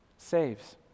Saves